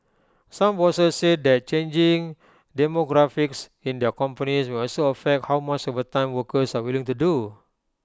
some bosses said that changing demographics in their companies may also affect how much overtime workers are willing to do